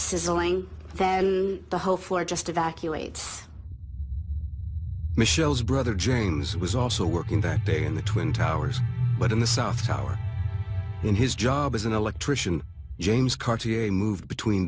sizzling fadi the whole floor just evacuates michelle's brother james was also working that day in the twin towers but in the south tower in his job as an electrician james cartier a move between